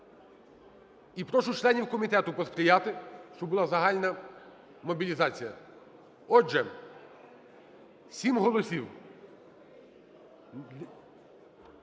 І прошу членів комітету посприяти, щоб була загальна мобілізація. Отже, 7 голосів.